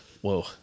Whoa